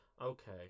Okay